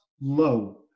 low